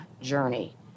journey